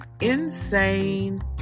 Insane